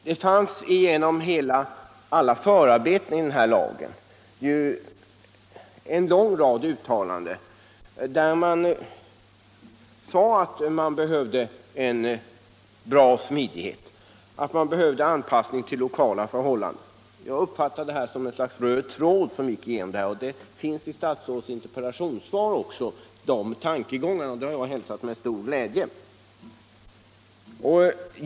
Det finns i förarbetena till lagen en lång rad uttalanden om att stor smidighet och anpassning till lokala förhållanden behövs. Jag uppfattar det som ett slags röd tråd som går genom alla förarbetena. Dessa tankegångar finns också i statsrådets interpellationssvar, och det har jag hälsat med stor glädje.